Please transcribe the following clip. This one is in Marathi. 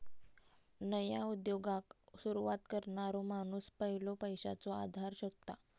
नया उद्योगाक सुरवात करणारो माणूस पयलो पैशाचो आधार शोधता